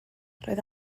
roedd